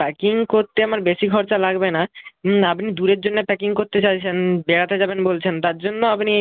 packing করতে আমার বেশি খরচা লাগবে না আপনি দূরের জন্যে প্যাকিং করতে চাইছেন বেড়াতে যাবেন বলছেন তার জন্য আপনি